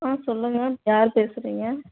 ஆ சொல்லுங்கள் யார் பேசுகிறீங்க